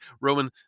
Roman